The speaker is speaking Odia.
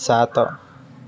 ସାତ